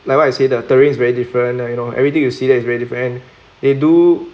like what I say the terrain is very different and you know everything you see there is very different they do